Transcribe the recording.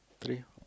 three